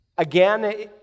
Again